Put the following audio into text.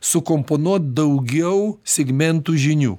sukomponuot daugiau segmentų žinių